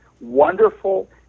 wonderful